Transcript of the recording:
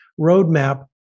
roadmap